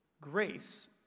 Grace